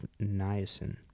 niacin